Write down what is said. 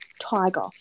Tiger